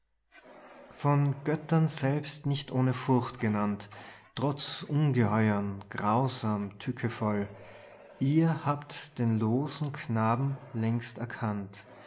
von göttern selbst nicht ohne furcht genannt trotz ungeheuern grausam tückevoll ihr habt den losen knaben längst erkannt